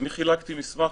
חילקתי מסמך.